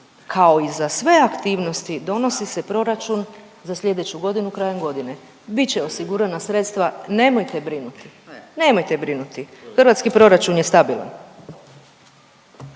kao i za sve aktivnosti donosi se proračun za sljedeću godinu krajem godine. Bit će osigurana sredstva nemojte brinuti, nemojte brinuti, hrvatski proračun je stabilan.